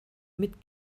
mit